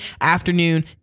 afternoon